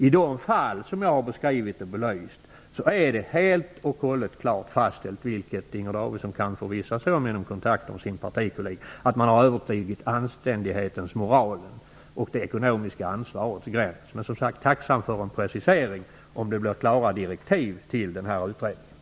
I de fall som jag har beskrivit och belyst är det helt klart fastställt, vilket Inger Davidson kan förvissa sig om genom kontakter med sin partikollega, att man har överskridit gränsen för det anständiga och det ekonomiska ansvarets gräns. Jag är som sagt tacksam för en precisering av om det blir klara direktiv till denna utredning.